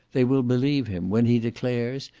they will believe him, when he declares,